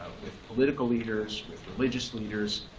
with political leaders, with religious leaders,